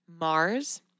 Mars